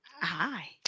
Hi